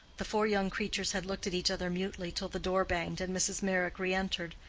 the four young creatures had looked at each other mutely till the door banged and mrs. meyrick re-entered.